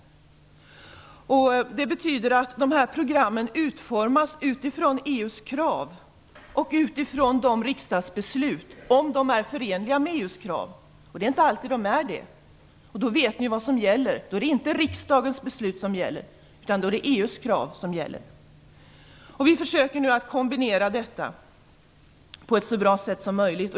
Det betyder att de här programmen utformas utifrån EU:s krav och utifrån riksdagsbeslut - om de är förenliga med EU:s krav. Men det är de inte alltid, och då vet ni vad som gäller. Då är det inte riksdagens beslut utan EU:s krav som gäller. Vi försöker nu kombinera detta på ett så bra sätt som möjligt.